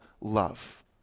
love